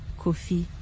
Kofi